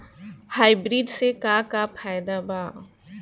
Hybrid से का का फायदा बा?